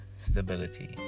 stability